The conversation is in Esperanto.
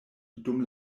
dum